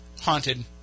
haunted